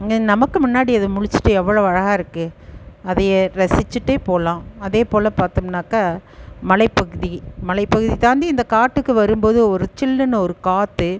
இங்கே நமக்கு முன்னாடி அது முழிச்சிட்டு எவ்வளோ அழகாக இருக்கு அதையே ரசிச்சிட்டே போகலாம் அதேப்போல பார்த்தம்னாக்கா மலைப்பகுதி மலைப்பகுதி தாண்டி இந்த காட்டுக்கு வரும்போது ஒரு சில்லுனு ஒரு காற்று